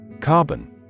Carbon